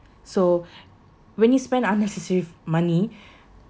so when you spend unnecessary money